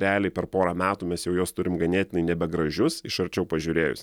realiai per porą metų mes jau juos turim ganėtinai nebegražius iš arčiau pažiūrėjus